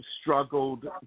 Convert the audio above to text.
struggled